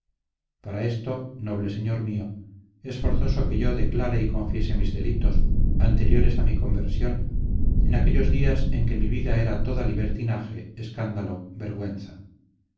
para esto noble señor mío es forzoso que yo declare y confiese mis delitos anteriores a mi conversión en aquellos días en que mi vida era toda libertinaje escándalo vergüenza